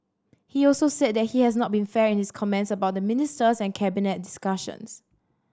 he also said that he has not been fair in his comments about the ministers and Cabinet discussions